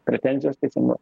pretenzijos teisingos